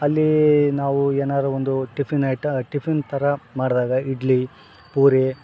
ಅಲ್ಲಿ ನಾವು ಏನಾರು ಒಂದು ಟಿಫಿನ್ ಐಟ ಟಿಫನ್ ಥರ ಮಾಡಿದಾಗ ಇಡ್ಲಿ ಪೂರಿ